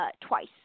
twice